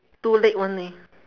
two leg [one] eh